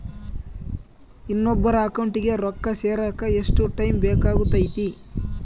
ಇನ್ನೊಬ್ಬರ ಅಕೌಂಟಿಗೆ ರೊಕ್ಕ ಸೇರಕ ಎಷ್ಟು ಟೈಮ್ ಬೇಕಾಗುತೈತಿ?